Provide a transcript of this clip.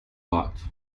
hot